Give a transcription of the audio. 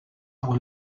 pour